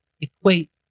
equate